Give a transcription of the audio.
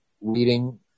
reading